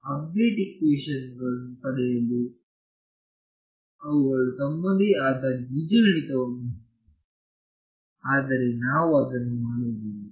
update equation ವನ್ನು ಪಡೆಯಲು ಅವುಗಳು ತಮ್ಮದೇ ಆದ ಬೀಜಗಣಿತವನ್ನು ಹೊಂದಿದೆ ಆದರೆ ನಾವು ಅದನ್ನು ಮಾಡುವುದಿಲ್ಲ